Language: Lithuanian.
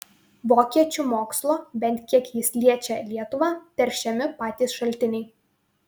vokiečių mokslo bent kiek jis liečią lietuvą teršiami patys šaltiniai